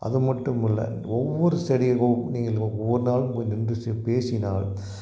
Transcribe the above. அது மட்டுமில்ல ஒவ்வொரு செடிக்கும் நீங்கள் ஒவ்வொரு நாளும் போய் நின்று சில பேசினால்